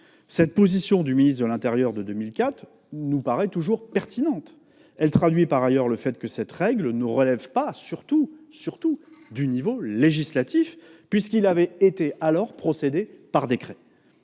Cette position du ministre de l'intérieur de 2004 nous paraît toujours pertinente. Elle traduit, surtout, le fait que cette règle ne relève pas du niveau législatif, puisqu'il avait alors été procédé par décret.